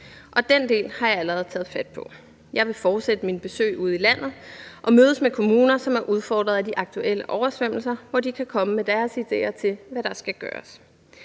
og den del har jeg allerede taget fat på. Jeg vil fortsætte mine besøg ude i landet og mødes med kommuner, som er udfordret af de aktuelle oversvømmelser, hvor de kan komme med deres ideer til, hvad der skal gøres.